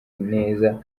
neza